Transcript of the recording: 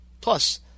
Plus